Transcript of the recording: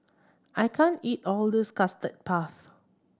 I can't eat all of this Custard Puff